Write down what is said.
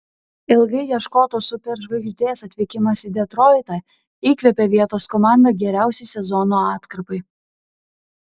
ilgai ieškotos superžvaigždės atvykimas į detroitą įkvėpė vietos komandą geriausiai sezono atkarpai